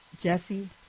Jesse